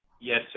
yes